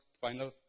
final